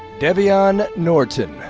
devyun norton.